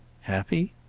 happy?